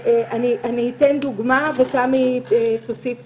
אציג דוגמה ותמי תוסיף